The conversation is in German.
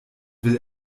will